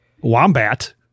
Wombat